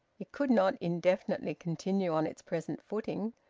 it could not indefinitely continue on its present footing.